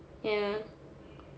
ya